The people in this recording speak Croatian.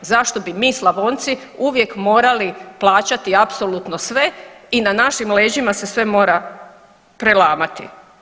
Zašto bi mi Slavonci uvijek morali plaćati apsolutno sve i na našim leđima se sve mora prelamati.